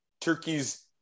Turkey's